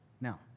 Now